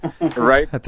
Right